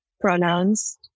pronouns